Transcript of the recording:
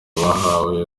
bahawe